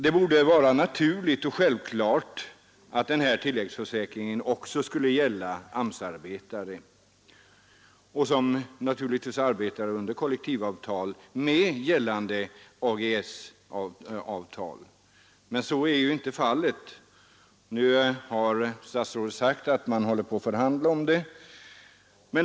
Det borde vara naturligt och självklart att denna tilläggsförsäkring också gällde för AMS-arbetare som arbetar under kollektivavtal med AGS-avtal. Men så är inte fallet. Nu säger statsrådet att man förhandlar om detta.